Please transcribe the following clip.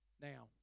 Now